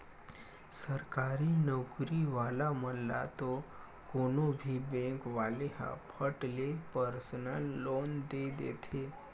सरकारी नउकरी वाला मन ल तो कोनो भी बेंक वाले ह फट ले परसनल लोन दे देथे